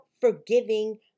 forgiving